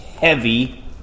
heavy